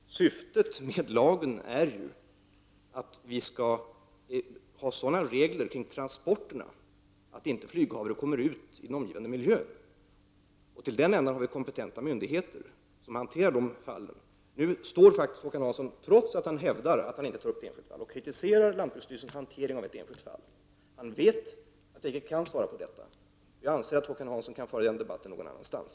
Herr talman! Syftet med lagen är ju att vi skall ha sådana regler för transporterna att flyghavre inte kommer ut i den omgivande miljön, och vi har kompetenta myndigheter som hanterar sådana ärenden. Nu kritiserar Håkan Hansson, trots att han hävdar att han inte tar upp ett enskilt fall, lantbruksstyrelsens hantering av ett enskilt fall. Han vet att jag icke kan svara på detta, och jag anser att Håkan Hansson kan föra denna debatt någon annanstans.